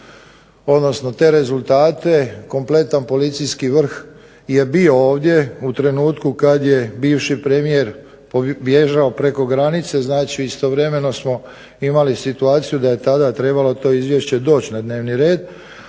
vidimo te rezultate, kompletan policijski vrh je bio ovdje u trenutku kada je bivši premijer bježao preko granice, znači istovremeno smo imali situaciju da je tada trebalo to izvješće doći na dnevni red,